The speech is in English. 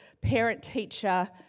parent-teacher